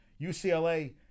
UCLA